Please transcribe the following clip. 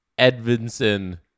Edvinson